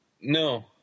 No